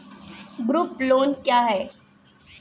Group loan क्या है?